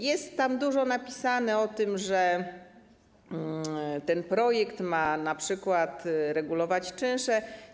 Jest tam dużo napisane o tym, że projekt ma np. regulować czynsze.